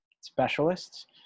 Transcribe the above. specialists